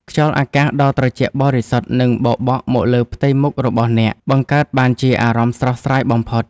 ខ្យល់អាកាសដ៏ត្រជាក់បរិសុទ្ធនឹងបោកបក់មកលើផ្ទៃមុខរបស់អ្នក បង្កើតបានជាអារម្មណ៍ស្រស់ស្រាយបំផុត។